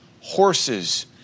horses